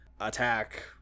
attack